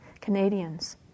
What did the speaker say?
Canadians